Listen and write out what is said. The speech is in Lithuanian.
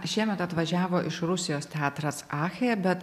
šiemet atvažiavo iš rusijos teatras akche bet